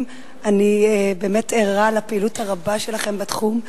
אני באמת ערה לפעילות הרבה שלכם בתחום.